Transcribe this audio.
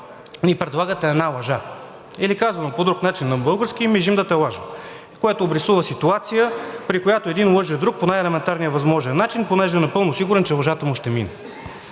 ни предлагате една лъжа или казано по друг начин на български: „мижи да те лажем“, което обрисува ситуация, при която един лъже друг по най-елементарния възможен начин, понеже е напълно сигурен, че лъжата му ще мине.